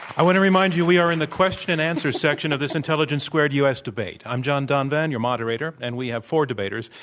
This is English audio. i want to remind you we are in the question and answer section of this intelligence squared u. s. debate. i'm john donvan, your moderator, and we have four debaters,